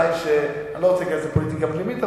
אני לא רוצה להיכנס לפוליטיקה פנימית,